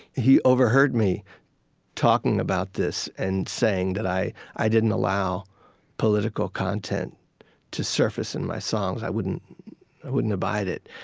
he overheard me talking about this and saying that i i didn't allow political content to surface in my songs. i wouldn't wouldn't abide it.